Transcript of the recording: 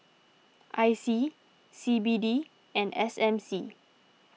I C C B D and S M C